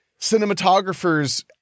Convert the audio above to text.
cinematographers